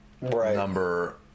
number